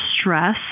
stress